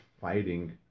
fighting